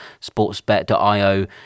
sportsbet.io